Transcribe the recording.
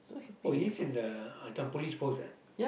oh he's in the this one Police Post ah